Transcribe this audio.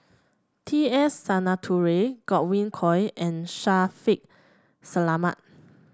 T S Sinnathuray Godwin Koay and Shaffiq Selamat